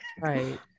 Right